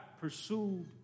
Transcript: pursued